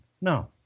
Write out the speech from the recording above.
No